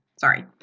sorry